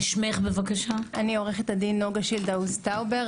אני עו"ד נגה שילדהאוז טאובר,